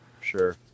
Sure